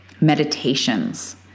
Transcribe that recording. meditations